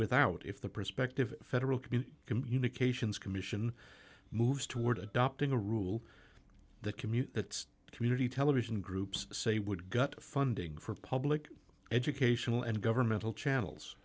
without if the prospective federal commune communications commission moves toward adopting a rule that commutes community television groups say would cut funding for public educational and governmental channels